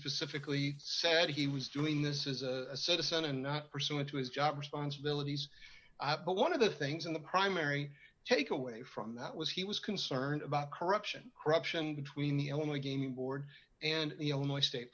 specifically said he was doing this is a citizen and pursuant to his job responsibilities but one of the things in the primary take away from that was he was concerned about corruption corruption between the only game board and the illinois state